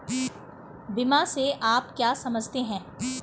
बीमा से आप क्या समझते हैं?